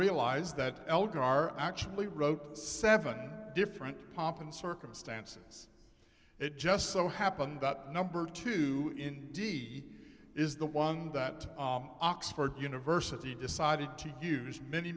realize that eldar actually wrote seven different pomp and circumstances it just so happened that number two in d c is the one that oxford university decided to use many